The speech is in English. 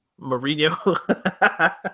Mourinho